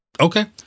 Okay